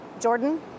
Jordan